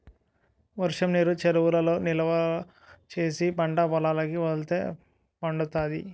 వర్షంనీరు చెరువులలో నిలవా చేసి పంటపొలాలకి వదిలితే పండుతాది